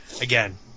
again